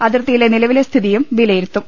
അതിർത്തിയിലെ നിലവിലെ സ്ഥിതിയും വിലയി രുത്തും